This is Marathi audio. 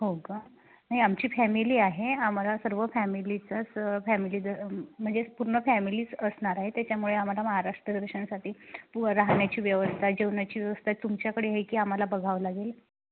हो का नाही आमची फॅमिली आहे आम्हाला सर्व फॅमिलीचाच फॅमिली ज म्हणजेच पूर्ण फॅमिलीच असणार आहे त्याच्यामुळे आम्हाला महाराष्ट्र दर्शनसाठी पु राहण्याची व्यवस्था जेवणाची व्यवस्था तुमच्याकडे आहे की आम्हाला बघावं लागेल